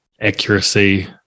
accuracy